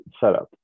setup